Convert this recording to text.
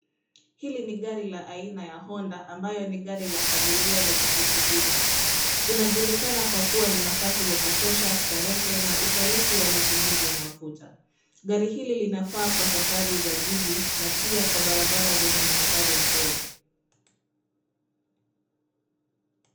Hili ni gari la aina ya honda ambayo ni gari la familia lenye viti vingi. Inajulikana kwa kuwa na nafasi ya kutosha starehe na ufanisi wa matumizi ya mafuta. Gari hii linafaa katika safari za jiji na pia kwa barabara zenye mandhari nzuri.